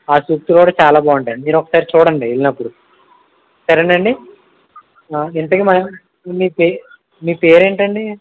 ఆ సూక్తులు కూడా చాలా బాగుంటాయి అండి మీరు ఒకసారి చూడండి వెళ్ళినప్పుడు సరేనండి ఇంతకి నా మీ పేరు మీ పేరు ఏంటండి